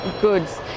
goods